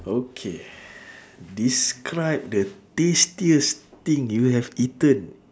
okay describe the tastiest thing you have eaten